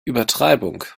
übertreibung